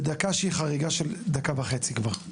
אני בחריגה של דקה וחצי כבר.